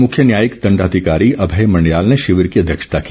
मुख्य न्यायिक दण्डाधिकारी अभय मण्डयाल ने शिविर की अध्यक्षता की